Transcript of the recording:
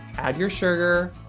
add your sugar,